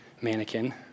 mannequin